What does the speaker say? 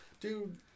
Dude